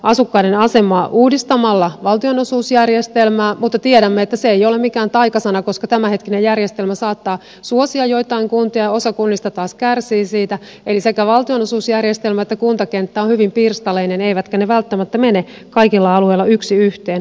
asukkaiden uudistamalla valtionosuusjärjestelmää mutta tiedämme että se ei ole mikään taikasana koska tämänhetkinen järjestelmä saattaa suosia joitain kuntia ja osa kunnista taas kärsii siitä eli sekä valtionosuusjärjestelmä että kuntakenttä ovat hyvin pirstaleisia eivätkä ne välttämättä mene kaikilla alueilla yksi yhteen